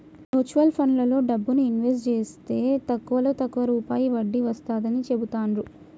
mutual ఫండ్లలో డబ్బుని invest జేస్తే తక్కువలో తక్కువ రూపాయి వడ్డీ వస్తాడని చెబుతాండ్రు